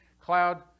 Cloud